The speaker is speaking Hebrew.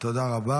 תודה רבה.